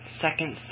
Second